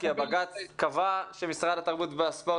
כי בג"ץ קבע שמשרד התרבות והספורט